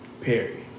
Perry